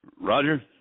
Roger